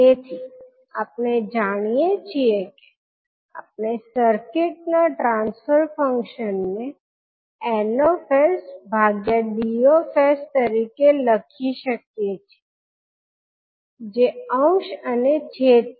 તેથી આપણે જાણીએ છીએ કે આપણે સર્કિટના ટ્રાન્સફર ફંક્શન ને ND તરીકે લખી શકીએ છીએ જે અંશ અને છેદ છે